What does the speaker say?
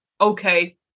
okay